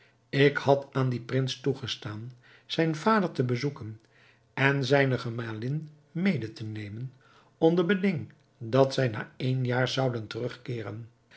ik had aan dien prins toegestaan zijn vader te bezoeken en zijne gemalin mede te nemen onder beding dat zij na één jaar zouden terugkeeren